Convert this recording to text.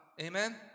Amen